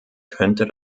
könnte